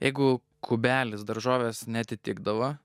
jeigu kubelis daržovės neatitikdavo